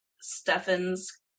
Stephens